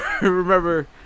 remember